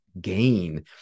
gain